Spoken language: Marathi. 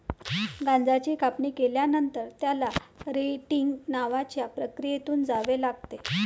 गांजाची कापणी केल्यानंतर, त्याला रेटिंग नावाच्या प्रक्रियेतून जावे लागते